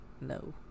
no